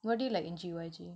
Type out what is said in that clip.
what do you like in G_Y_G